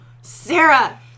Sarah